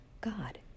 God